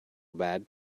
bad